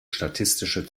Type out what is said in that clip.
statistische